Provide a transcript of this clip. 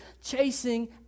chasing